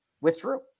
withdrew